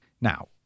Now